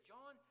John